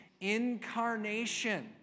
Incarnation